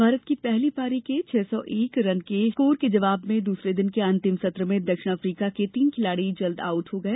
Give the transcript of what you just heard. भारत की पहली पारी के छह सौ एक रन के विशाल स्कोर के जवाब में दूसरे दिन के अंतिम सत्र में दक्षिण अफ्रीका के तीन खिलाड़ी जल्दी आउट हो गए